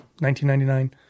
1999